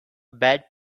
bad